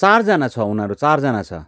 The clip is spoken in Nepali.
चारजना छ उनीहरू चारजना छ